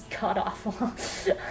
god-awful